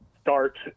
start